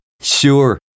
Sure